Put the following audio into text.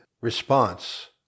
response